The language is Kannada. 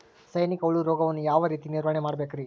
ಸೈನಿಕ ಹುಳು ರೋಗವನ್ನು ಯಾವ ರೇತಿ ನಿರ್ವಹಣೆ ಮಾಡಬೇಕ್ರಿ?